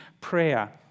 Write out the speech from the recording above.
prayer